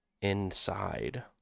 inside